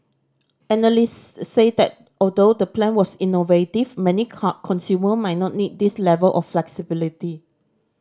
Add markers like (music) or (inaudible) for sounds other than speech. analysts said that although the plan was innovative many (unintelligible) consumer might not need this level of flexibility